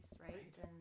right